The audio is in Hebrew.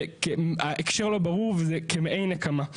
ההקשר לא ברור וזה כמעין נקמה.